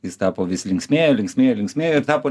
jis tapo vis linksmėjo linksmėjo linksmėjo ir tapo